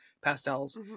pastels